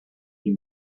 die